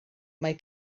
mae